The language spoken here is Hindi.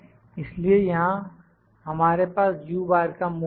इसलिए यहां हमारे पास का मूल्य है